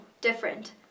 different